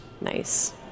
Nice